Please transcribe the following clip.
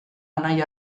anai